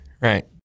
Right